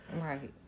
Right